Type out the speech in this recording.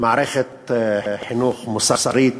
מערכת חינוך מוסרית,